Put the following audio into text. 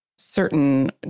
certain